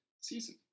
season